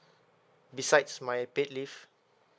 besides my paid leave